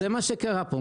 זה מה שקרה פה,